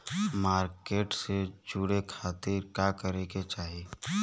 Market से जुड़े खाती का करे के चाही?